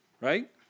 Right